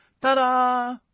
Ta-da